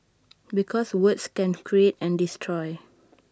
because words can create and destroy